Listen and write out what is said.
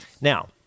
Now